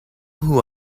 who